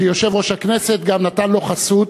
שיושב-ראש הכנסת גם נתן לו חסות,